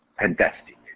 fantastic